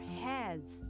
heads